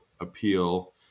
appeal